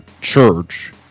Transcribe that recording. church